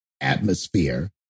atmosphere